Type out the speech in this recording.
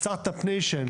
בסטארט אפ ניישן,